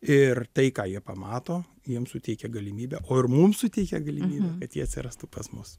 ir tai ką jie pamato jiems suteikia galimybę o ir mums suteikia galimybę kad jie atsirastų pas mus